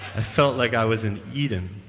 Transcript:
i felt like i was in eden